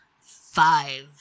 five